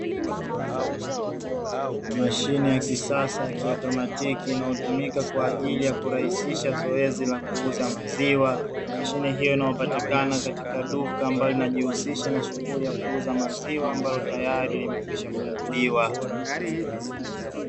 Mashine ya kisasa ya kiotomatiki inayotumika kwa ajili ya kurahisisha zoezi la kuuza maziwa. Mashine hiyo inayopatikana katika duka ambalo linajihusisha na shughuli ya kuuza maziwa ambalo tayari limekwisha funguliwa.